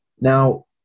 Now